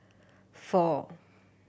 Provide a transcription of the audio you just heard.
four